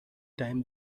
time